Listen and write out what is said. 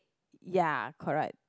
ya correct